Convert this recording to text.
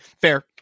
Fair